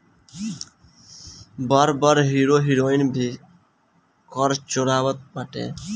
बड़ बड़ hero heroine भी कर चोरावत बाटे